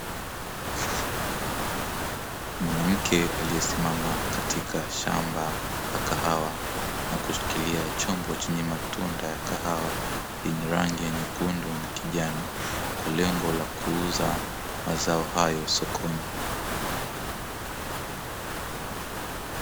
Mwanamke aliyesimama katika shamba la kahawa na kushikilia chombo chenye matunda ya kahawa, yenye rangi ya nyekundu na kijani kwa lengo la kuuza mazao hayo sokoni.